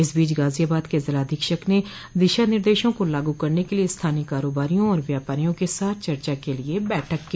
इस बीच गाजियाबाद के जिला अधीक्षक ने दिशा निर्देशों को लागू करने के लिए स्थानीय कारोबारियों और व्यापारियों के साथ चर्चा के लिए बैठक की